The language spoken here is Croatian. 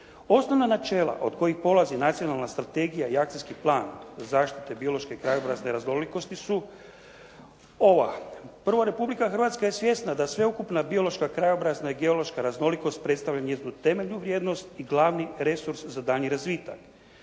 Osnovna načela od kojih polazi Nacionalna strategija i Akcijski plan zaštite biološke i krajobrazne raznolikosti su ova. Prvo, Republika Hrvatska je svjesna da sveukupna biološka, krajobrazna i geološka raznolikost predstavlja njezinu temeljnu vrijednost i glavni resurs za daljnji razvitak.